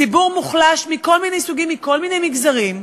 ציבור מוחלש מכל מיני סוגים, מכל מיני מגזרים,